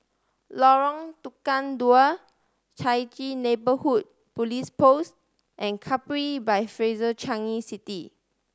Lorong Tukang Dua Chai Chee Neighbourhood Police Post and Capri by Fraser Changi City